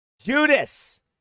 Judas